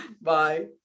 Bye